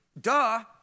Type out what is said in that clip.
duh